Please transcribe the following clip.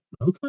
Okay